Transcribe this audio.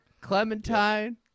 clementine